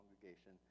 congregation